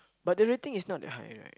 but the rating is not that high right